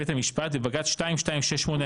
בית המשפט בבג"צ 2268/21,